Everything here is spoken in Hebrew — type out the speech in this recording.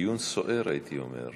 דיון סוער, הייתי אומר.